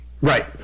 Right